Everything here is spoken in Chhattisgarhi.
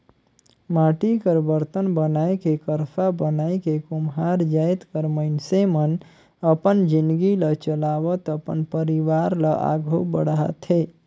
माटी कर बरतन बनाए के करसा बनाए के कुम्हार जाएत कर मइनसे मन अपन जिनगी ल चलावत अपन परिवार ल आघु बढ़ाथे